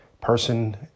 person